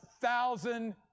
thousand